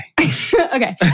Okay